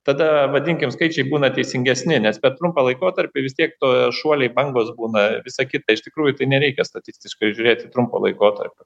tada vadinkim skaičiai būna teisingesni nes per trumpą laikotarpį vis tiek to šuoliai bangos būna visa kita iš tikrųjų tai nereikia statistiškai žiūrėt į trumpą laikotarpį